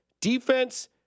Defense